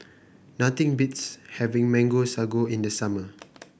nothing beats having Mango Sago in the summer